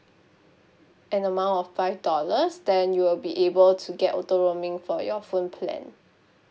an amount of five dollars then you'll be able to get auto roaming for your phone plan